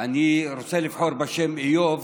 אני רוצה לבחור בשם איוב